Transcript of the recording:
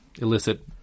illicit